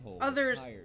others